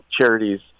charities